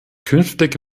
künftig